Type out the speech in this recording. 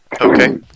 Okay